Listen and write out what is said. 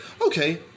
Okay